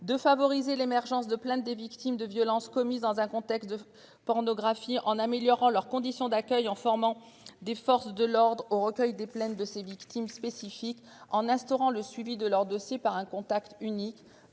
de favoriser l'émergence de plaintes des victimes de violences commises dans un contexte de pornographie en améliorant leurs conditions d'accueil en formant des forces de l'ordre au recueil des plaintes de ses victimes spécifiques en instaurant le suivi de leur dossier par un contact unique